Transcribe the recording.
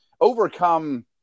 overcome